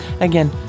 again